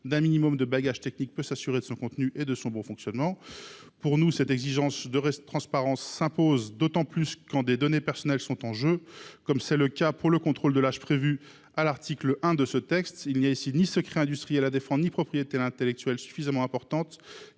d’un minimum de bagage technique peut s’assurer de son contenu et de son bon fonctionnement. Pour nous, cette exigence de transparence s’impose d’autant plus quand des données personnelles sont en jeu, comme c’est le cas pour le contrôle de l’âge, prévu à l’article 1 de ce texte. Il n’y a ici ni secret industriel à défendre ni un enjeu de propriété intellectuelle si important